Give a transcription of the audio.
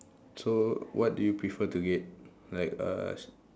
so what do you prefer to get like uh